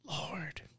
Lord